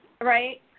Right